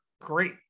great